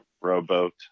rowboat